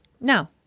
no